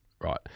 Right